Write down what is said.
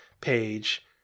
page